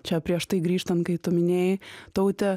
čia prieš tai grįžtant kai tu minėjai taute